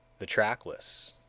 the trackless?